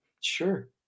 Sure